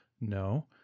no